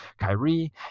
Kyrie